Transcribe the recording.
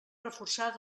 reforçar